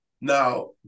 Now